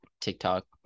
TikTok